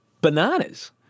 bananas